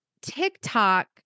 TikTok